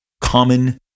common